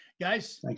Guys